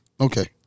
Okay